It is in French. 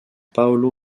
paolo